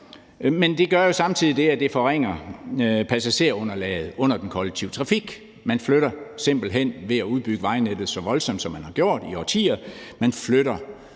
men det gør jo samtidig det, at det forringer passagerunderlaget for den kollektive trafik. Ved at udbygge vejnettet så voldsomt, som man har gjort det i årtier,